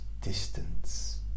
distance